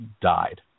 died